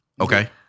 Okay